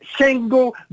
single